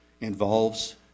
involves